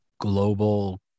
global